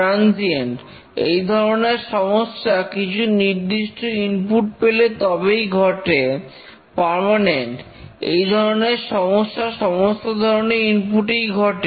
transient এই ধরনের সমস্যা কিছু নির্দিষ্ট ইনপুট পেলে তবেই ঘটে পার্মানেন্ট এই ধরনের সমস্যা সমস্ত ধরনের ইনপুট এই ঘটে